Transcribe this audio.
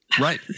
Right